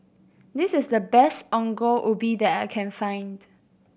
this is the best Ongol Ubi that I can find